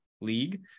League